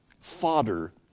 fodder